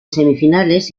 semifinales